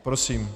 Prosím.